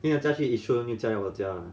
宁愿驾去 yishun 不要驾来我家 ah